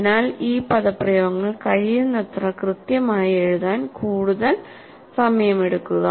അതിനാൽ ഈ പദപ്രയോഗങ്ങൾ കഴിയുന്നത്ര കൃത്യമായി എഴുതാൻ കൂടുതൽ സമയമെടുക്കുക